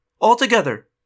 Altogether